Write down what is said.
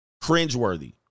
Cringe-worthy